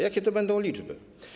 Jakie to będą liczby?